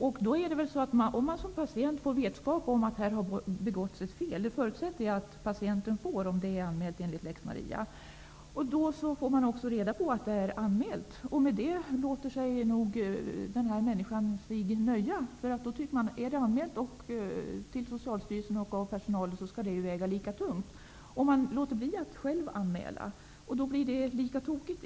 Om man som patient får vetskap om att ett fel har begåtts -- jag förutsätter att man som patient får veta det, om felet är anmält enligt lex Maria -- och att ärendet har anmälts, låter man sig nog nöja. Man tycker att ärendet skall väga lika tungt om det är anmält till Socialstyrelsen av sjukvårdspersonalen, och därför låter man bli att själv anmäla. I slutändan blir det lika tokigt.